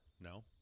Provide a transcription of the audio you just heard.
No